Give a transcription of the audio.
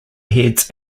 heads